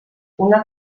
una